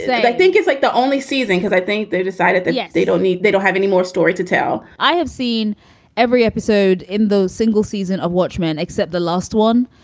like i think it's like the only season because i think they decided that yeah they don't need they don't have any more story to tell i have seen every episode in those single season of watchmen except the last one,